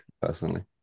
personally